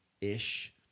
ish